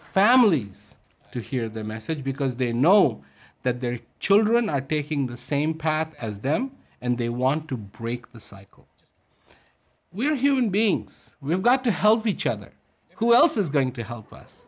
families to hear their message because they know that their children are picking the same path as them and they want to break the cycle we're human beings we've got to help each other who else is going to help us